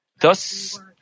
Thus